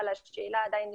אבל השאלה שעדיין נשאלת,